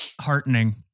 heartening